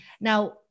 Now